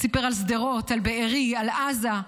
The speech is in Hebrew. סיפר על שדרות, על בארי, על עזה.